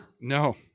No